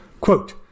Quote